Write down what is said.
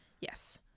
yes